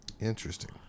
interesting